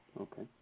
Okay